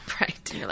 Right